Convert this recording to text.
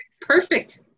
perfect